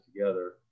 Together